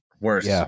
Worse